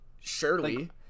surely